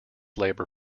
labor